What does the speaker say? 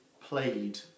played